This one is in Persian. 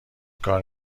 کار